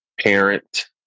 parent